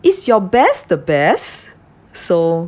is your best the best so